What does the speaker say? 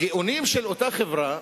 הגאונים באותה חברה,